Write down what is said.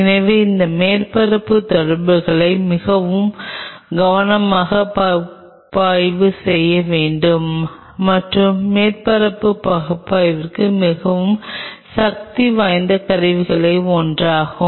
எனவே இந்த மேற்பரப்பு தொடர்புகளை மிகவும் கவனமாக பகுப்பாய்வு செய்ய வேண்டும் மற்றும் மேற்பரப்பு பகுப்பாய்விற்கு மிகவும் சக்திவாய்ந்த கருவிகளில் ஒன்றாகும்